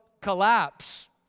collapse